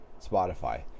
spotify